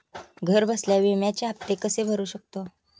घरबसल्या विम्याचे हफ्ते कसे भरू शकतो?